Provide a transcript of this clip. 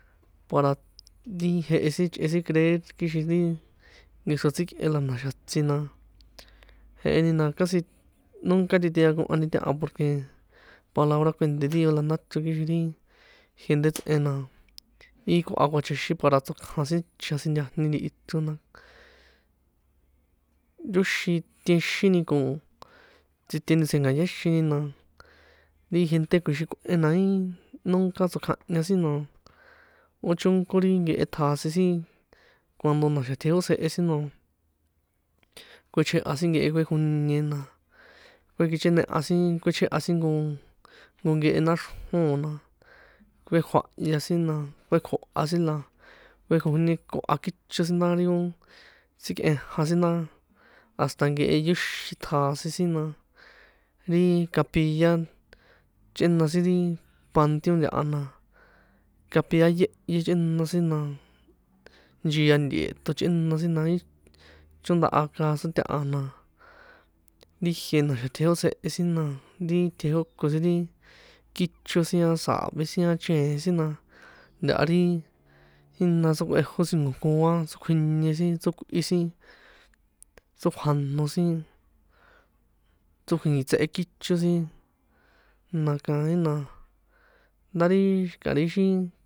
Para ti jehe sin chꞌe sin creer kixin ri nkexro tsikꞌen la na̱xa̱ tsi na, jeheni na casi nunca titeakohani, porque palabra kuènṭé díos la ndáchro kixin ri gente tsꞌen na í koha kjuachaxin para tsokjan sin chjasintajni ntihi chro na, yóxin tienxini ko tsiteni tsjenka̱yáxini, na ri gente kjuixin kꞌuen na í nunca tsokjahña sin na, ó chónkó ri nkehe ṭjasin sin, cuando na̱xa̱ tjeotsjehe sin na kꞌuechjeha sin nkehe kꞌuekjonie na, kꞌuekjichꞌeneha sin kꞌuechjeha sin nko kehe naxrjón o̱ na, kꞌuekjuahya sin na, kꞌuekjoha sin la, kꞌuekjoñekoha kicho sin, ta ri ó tsikꞌenjan sin nta hasta nkehe yóxin ṭjasin sin na, ri capilla chꞌena sin ri panteón ntahana, capilla yéhyé chꞌena sin na, nchia nte̱ṭo chꞌena sin na í chóndáha caso taha na, ri jie na̱xa̱ tjeotsjehe sin na ri tjeoko sin ri kícho sin a sa̱ve sin a chèen sin na, ntaha ri jína chrokꞌuejó sin nko̱koa chrókjuinie sin, chrokꞌui sin, chrokjuano sin, chrókjuinki̱tsehe kícho sin, na kaín na, ndá ri xi̱ka̱ ri ixi.